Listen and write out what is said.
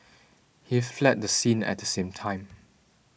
he fled the scene at the same time